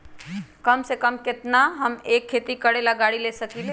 कम से कम केतना में हम एक खेती करेला गाड़ी ले सकींले?